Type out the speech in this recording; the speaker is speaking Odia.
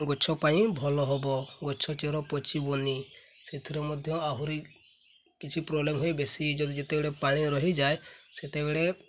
ଗଛ ପାଇଁ ଭଲ ହବ ଗଛ ଚେର ପଚି ବନି ସେଥିରେ ମଧ୍ୟ ଆହୁରି କିଛି ପ୍ରୋବ୍ଲେମ୍ ହୁଏ ବେଶୀ ଯଦି ଯେତେବେଳେ ପାଣି ରହିଯାଏ ସେତେବେଳେ